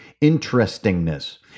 interestingness